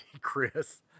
Chris